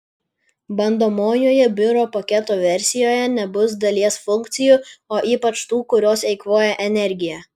bandomojoje biuro paketo versijoje nebus dalies funkcijų o ypač tų kurios eikvoja energiją